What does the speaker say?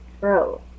bro